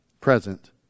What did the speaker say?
present